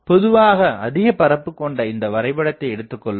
பொதுவாக அதிகப் பரப்பு கொண்ட இந்த வரைபடத்தை எடுத்துக்கொள்வோம்